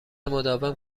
مداوم